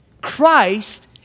Christ